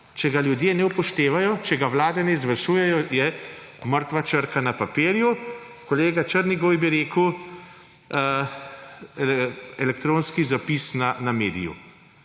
če ga ljudje ne upoštevajo, če ga vlade ne izvršujejo, je mrtva črka na papirju. Kolega Černigoj bi rekel, elektronski zapis na mediju.